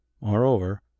Moreover